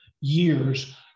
years